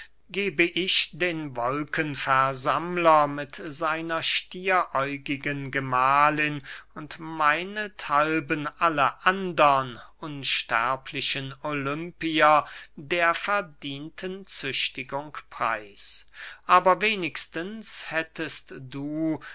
gebe ich den wolkenversammler mit seiner stieräugigen gemahlin und meinethalben alle andern unsterblichen olympier der verdienten züchtigung preis aber wenigstens hättest du